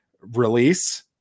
release